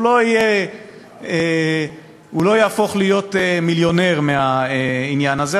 הוא לא יהפוך להיות מיליונר מהעניין הזה,